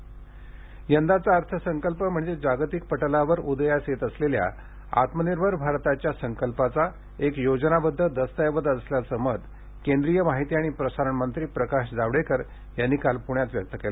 प्रकाश जावडेकर पत्रकार परिषद यंदाचा अर्थसंकल्प म्हणजे जागतिक पटलावर उदयास येत असलेल्या आत्मनिर्भर भारताच्या संकल्पाचा एक योजनाबद्ध दस्तऐवज असल्याचं मत केंद्रीय माहिती आणि प्रसारण मंत्री प्रकाश जावडेकर यांनी काल पुण्यात व्यक्त केलं